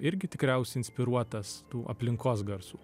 irgi tikriausiai inspiruotas tų aplinkos garsų